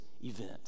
event